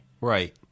right